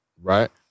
right